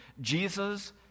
Jesus